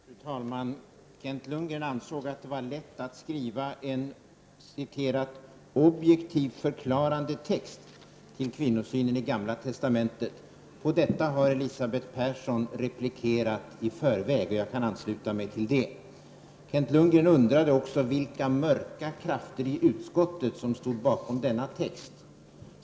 Fru talman! Kent Lundgren ansåg att det var lätt att skriva ”en objektiv förklarande text” till kvinnosynen i Gamla testamentet. På det har Elisabeth Persson replikerat i förväg, och jag kan ansluta mig till det. Kent Lundgren undrade också vilka mörka krafter i utskottet som stod bakom denna text.